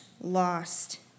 lost